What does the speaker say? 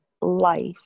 life